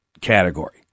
category